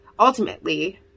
Ultimately